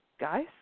guys